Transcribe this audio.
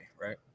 right